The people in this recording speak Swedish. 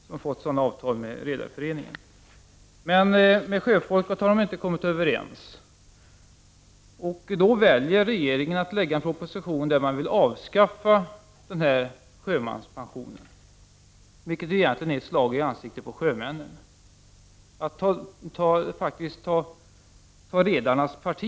Sjöfolket och Redareföreningen har inte kommit överens, och då väljer regeringen att lägga fram en proposition om att avskaffa sjömanspensionen, vilket egentligen är ett slag i ansiktet på sjömännen, när regeringen faktiskt tar redarnas parti.